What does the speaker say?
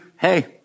hey